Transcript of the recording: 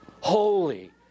holy